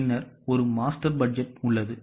பின்னர் ஒரு master budget உள்ளது